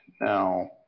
Now